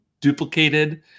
duplicated